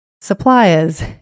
suppliers